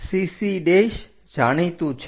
CC જાણીતું છે